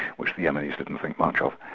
which the yemenis didn't think much of.